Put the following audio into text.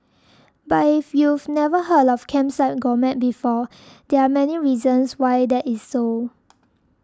but if you've never heard of Kerbside Gourmet before there are many reasons why that is so